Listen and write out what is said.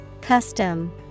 Custom